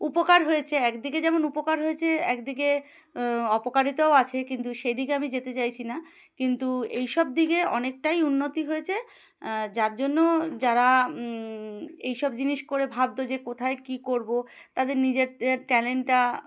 উপকার হয়েছে একদিকে যেমন উপকার হয়েছে একদিকে অপকারিতাও আছে কিন্তু সেই দিকে আমি যেতে চাইছি না কিন্তু এই সব দিকে অনেকটাই উন্নতি হয়েছে যার জন্য যারা এইসব জিনিস করে ভাবত যে কোথায় কী করব তাদের নিজেদের ট্যালেন্টটা